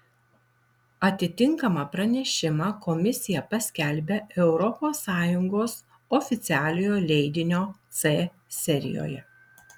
atitinkamą pranešimą komisija paskelbia europos sąjungos oficialiojo leidinio c serijoje